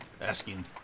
asking